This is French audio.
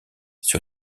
sur